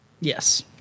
Yes